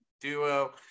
duo